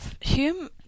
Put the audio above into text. Hume